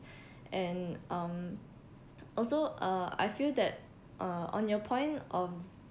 and um also uh I feel that uh on your point of